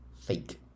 Fake